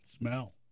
smell